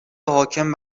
حاکم